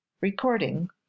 recording